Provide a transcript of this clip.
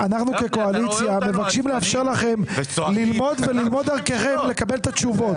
אנחנו כקואליציה מבקשים לאפשר לכם ללמוד וללמוד דרככם ולקבל את התשובות.